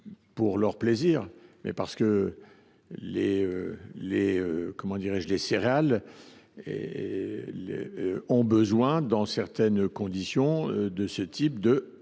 pour leur plaisir, mais parce que les céréales ont besoin, dans certaines circonstances, de ce type de